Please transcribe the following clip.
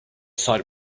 site